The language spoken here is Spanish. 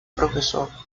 profesor